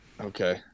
Okay